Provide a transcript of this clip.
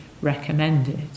recommended